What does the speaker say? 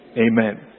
Amen